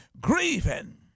grieving